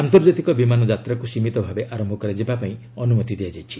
ଆନ୍ତର୍ଜାତିକ ବିମାନ ଯାତ୍ରାକୁ ସୀମିତ ଭାବେ ଆରମ୍ଭ କରାଯିବା ଲାଗି ଅନୁମତି ଦିଆଯାଇଛି